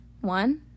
One